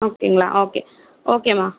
ஓகேங்களா ஓகே ஓகேமா